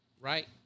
right